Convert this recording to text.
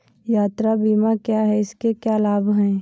यात्रा बीमा क्या है इसके क्या लाभ हैं?